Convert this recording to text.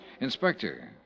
Inspector